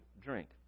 drink